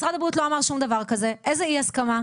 משרד הבריאות לא אמר שום דבר כזה, איזו אי הסכמה?